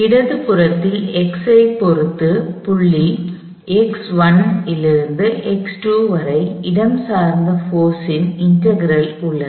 இடது புறதில் x ஐப் பொறுத்து புள்ளி லிருந்து வரை இடஞ்சார்ந்த போர்ஸ் ன் இன்டெக்ரல் உள்ளது